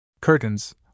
curtains